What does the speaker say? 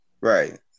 Right